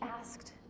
asked